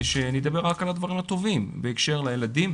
ושנדבר רק על הדברים הטובים בהקשר לילדים,